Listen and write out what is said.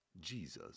Jesus